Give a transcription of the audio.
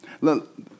Look